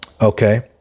Okay